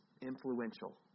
influential